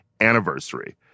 anniversary